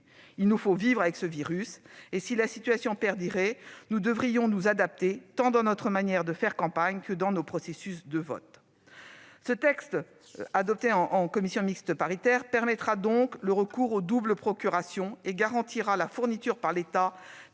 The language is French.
Il nous faut vivre avec ce virus, et, si la situation perdurait, nous devrions nous adapter tant dans notre manière de faire campagne que dans notre processus de vote. Ce texte adopté en commission paritaire permettra le recours aux doubles procurations et garantira la fourniture par l'État